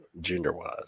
gender-wise